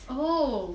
oh